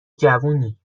جوونی